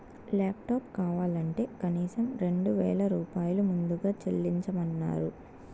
laptop కావాలంటే కనీసం రెండు వేల రూపాయలు ముందుగా చెల్లించమన్నరు